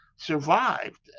Survived